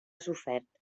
sofert